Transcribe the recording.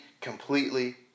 completely